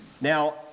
Now